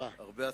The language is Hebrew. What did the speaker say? הרבה הצלחה.